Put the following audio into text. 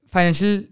Financial